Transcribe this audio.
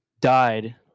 died